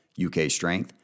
ukstrength